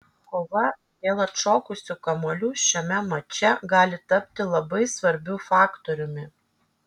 kova dėl atšokusių kamuolių šiame mače gali tapti labai svarbiu faktoriumi